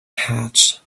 hatch